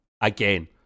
again